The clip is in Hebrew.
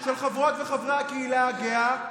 של חברות וחברי הקהילה הגאה,